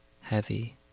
heavy